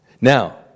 Now